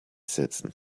setzen